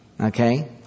Okay